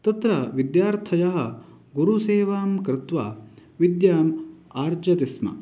तत्र विद्यार्थयः गुरुसेवां कृत्वा विद्याम् आर्जतिस्म